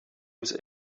was